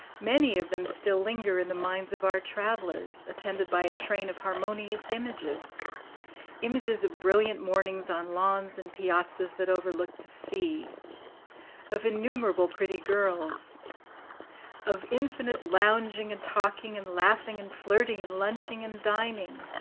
many of them still linger in the minds of our travelers, attended by a train of harmonious images images of brilliant mornings on lawns and piazzas that overlooked the sea of innumerable pretty girls of infinite lounging and talking and laughing and flirting and lunching and dining